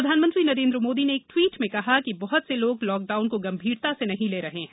प्रधानमंत्री नरेंद्र मोदी ने एक ट्वीट में कहा कि बहत से लोग लॉकडाउन को गंभीरता से नहीं ले रहे हैं